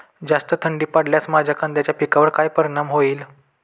जास्त थंडी पडल्यास माझ्या कांद्याच्या पिकावर काय परिणाम होईल?